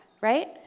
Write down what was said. right